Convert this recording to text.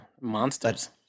monsters